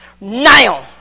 Now